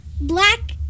Black